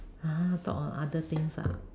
ha talk on other things ah